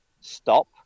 stop